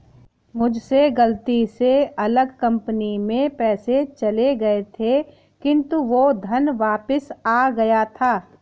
मुझसे गलती से अलग कंपनी में पैसे चले गए थे किन्तु वो धन वापिस आ गया था